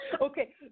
Okay